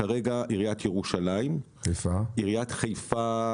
כרגע עיריית ירושלים, עיריית חיפה